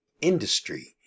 industry